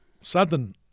southern